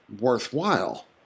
worthwhile